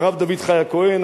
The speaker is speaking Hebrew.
הרב דוד חי הכהן,